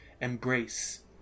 embrace